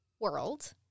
world